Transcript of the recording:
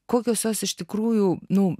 kokios jos iš tikrųjų nu